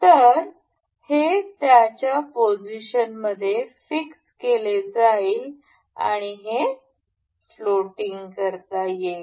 तर हे त्याच्या पोझिशनमध्ये फिक्स केले जाईल आणि हे फ्लोटिंग करता येईल